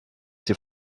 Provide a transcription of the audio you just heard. die